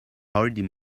hardly